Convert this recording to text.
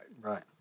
Right